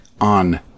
on